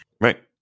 right